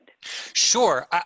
Sure